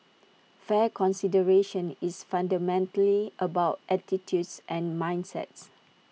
fair consideration is fundamentally about attitudes and mindsets